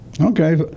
Okay